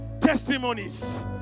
Testimonies